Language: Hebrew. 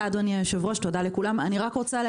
בבקשה.